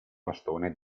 bastone